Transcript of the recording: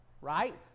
right